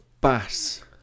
Bass